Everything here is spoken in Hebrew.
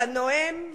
אתה נואם,